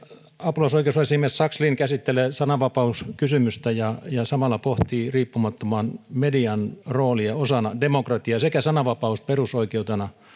apulaisoikeusasiamies sakslin käsittelee sananvapauskysymystä ja ja samalla pohtii riippumattoman median roolia osana demokratiaa sekä sananvapaus perusoikeutena